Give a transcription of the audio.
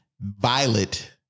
Violet